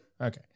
Okay